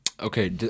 Okay